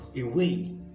away